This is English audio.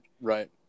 Right